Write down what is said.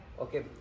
Okay